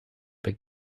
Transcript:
big